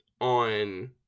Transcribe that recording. on